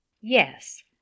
Yes